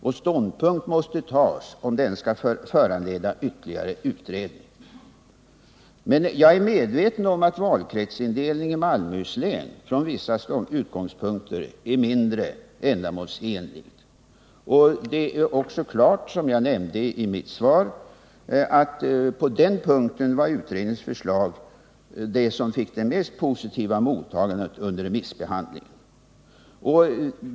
Och ställning måste tas till om det skall föranleda ytterligare utredning. Men jag är medveten om att valkretsindelningen i Malmöhus län från vissa utgångspunkter är mindre ändamålsenlig, och det är också klart, som jag nämnde i mitt svar, att på den punkten fick utredningsförslaget det mest positiva mottagandet under remissbehandlingen.